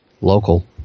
local